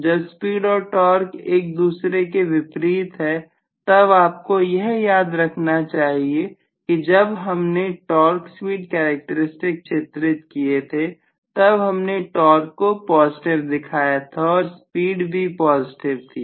जब स्पीड और टॉर्क एक दूसरे के विपरीत हैं तब आपको यह याद रखना चाहिए कि जब हमने टॉर्क स्पीड कैरेक्टर स्टिक चित्रित किए थे तब हमने टॉर्क को पॉजिटिव दिखाया था और स्पीड भी पॉजिटिव थी